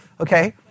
Okay